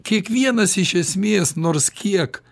kiekvienas iš esmės nors kiek